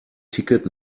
ticket